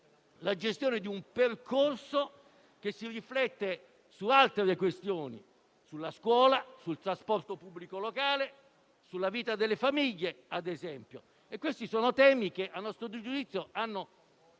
la gestione di un percorso che si riflette su altre questioni: sulla scuola, sul trasporto pubblico locale, sulla vita delle famiglie. Questi sono temi che - a nostro giudizio - hanno